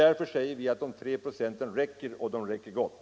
Därför hävdar vi att 3 96 räcker och räcker gott.